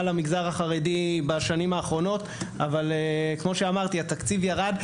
למגזר החרדי אבל כמו שאמרתי: התקציב ירד.